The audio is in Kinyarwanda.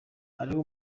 ariho